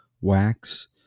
wax